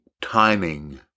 timing